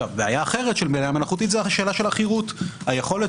בעיה אחרת של בינה מלאכותית היא שאלת החירות היכולת